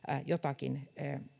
jotakin